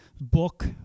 book